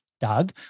Doug